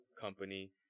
company